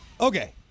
Okay